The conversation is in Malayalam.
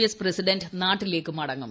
എസ് പ്രസിഡന്റ് നാട്ടിലേക്ക് മടങ്ങും